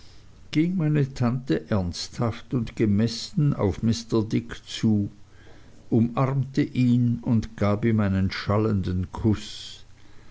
ging meine tante ernsthaft und gemessen auf mr dick zu umarmte ihn und gab ihm einen schallenden kuß